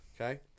Okay